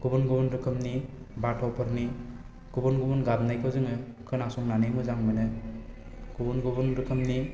गुबुन गुबुन रोखोमनि बाथ'फोरनि गुबुन गुबुन गाबनायखौ जोङो खोनासंनानै मोजां मोनो गुबुन गुबुन रोखोमनि